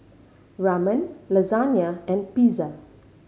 Ramen Lasagna and Pizza